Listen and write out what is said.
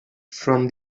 from